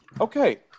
Okay